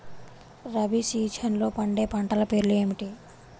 రబీ సీజన్లో పండే పంటల పేర్లు ఏమిటి?